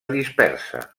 dispersa